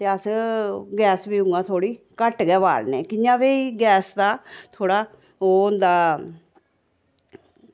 ते अस गैस बी उ'आं थोह्ड़ी घट्ट गै बालनै कि'यां भई गैस दा थोह्ड़ा ओह् होंदा